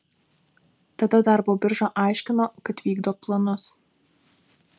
tada darbo birža aiškino kad vykdo planus